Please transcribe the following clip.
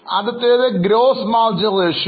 ആദ്യത്തേത് gross margin അനുപാതമാണ്